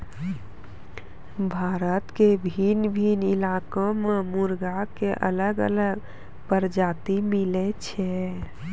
भारत के भिन्न भिन्न इलाका मॅ मुर्गा के अलग अलग प्रजाति मिलै छै